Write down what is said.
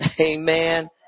Amen